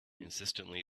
insistently